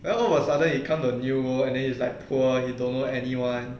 well out of sudden you come to new world and then it's like poor you don't know anyone